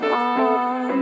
on